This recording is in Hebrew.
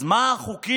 אז מה החוקים